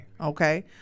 Okay